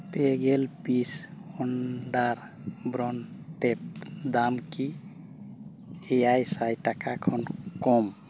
ᱯᱮ ᱜᱮᱞ ᱯᱤᱥ ᱚᱣᱟᱱᱰᱟᱨ ᱵᱨᱟᱣᱩᱱ ᱴᱮᱯ ᱫᱟᱢ ᱠᱤ ᱮᱭᱟᱭ ᱴᱟᱠᱟ ᱠᱷᱚᱱ ᱠᱚᱢ